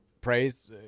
praise